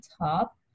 top